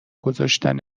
گذاشتن